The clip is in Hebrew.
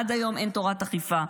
עד היום אין תורת אכיפה.